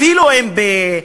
אפילו אם באנגליה,